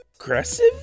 aggressive